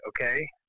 Okay